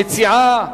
המציעה,